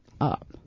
up